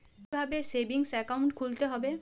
কীভাবে savings account খুলতে হবে?